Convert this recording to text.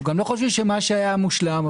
גם לא חושבים שמה שהיה מושלם,